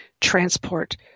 transport